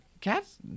cats